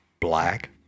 black